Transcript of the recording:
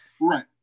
Right